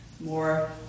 more